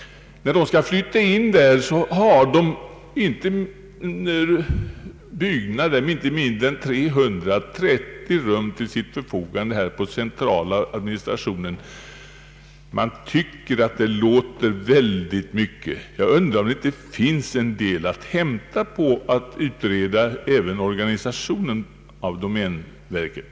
I den nya byggnaden får verket inte mindre än 330 rum till sitt förfogande för den centrala administrationen. Man tycker att det låter väldigt mycket. Jag undrar om det inte finns en del att hämta genom att utreda även organisationen av domänverket.